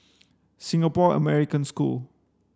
Singapore American School